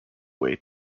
way